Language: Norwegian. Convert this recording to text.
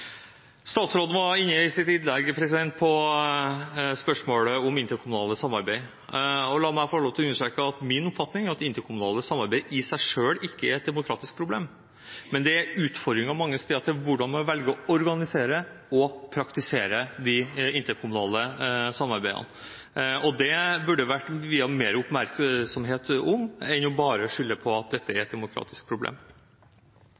Statsråden var i sitt innlegg inne på spørsmålet om interkommunalt samarbeid, og la meg få lov til å understreke at min oppfatning er at interkommunalt samarbeid i seg selv ikke er et demokratisk problem, men det er utfordringer mange steder knyttet til hvordan man velger å organisere og praktisere det interkommunale samarbeidet. Det burde vært viet mer oppmerksomhet enn bare å skylde på at dette er et demokratisk problem.